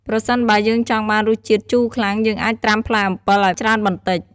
ប្រសិនបើយើងចង់បានរសជាតិជូរខ្លាំង យើងអាចត្រាំផ្លែអំពិលឲ្យច្រើនបន្តិច។